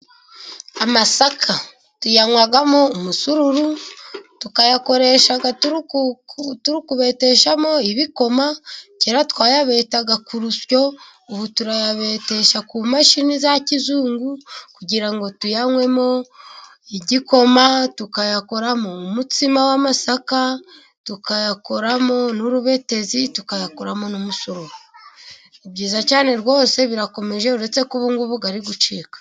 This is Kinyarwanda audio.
Amasaka tuyanywamo umusururu, tukayakoresha turi kubeteshamo ibikoma. Kera twayabetaga ku rusyo, ubu turayabetesha ku mashini za kizungu, kugira ngo tuyanywemo igikoma, tukayakoramo umutsima w'amasaka, tukayakoramo n'urubetezi, tukayakoramo n'umusururu. Ni byiza cyane rwose birakomeje uretse ko ubungubu ari gucika.